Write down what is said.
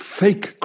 fake